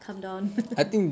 calm down